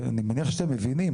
כי אני מניח שאתם מבינים,